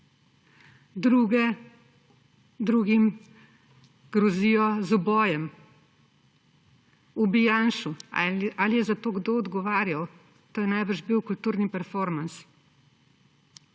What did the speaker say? Drugim grozijo z ubojem – ubij Janšu. Ali je za to kdo odgovarjal? To je najbrž bil kulturni performans.